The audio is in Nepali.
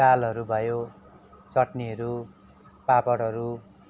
दालहरू भयो चट्नीहरू पापडहरू